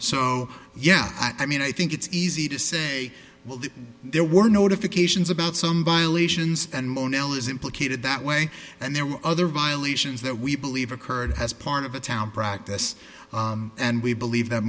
so yeah i mean i think it's easy to say well that there were notifications about some by lation and mono is implicated that way and there were other violations that we believe occurred as part of a town practice and we believe that